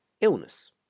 illness